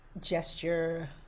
gesture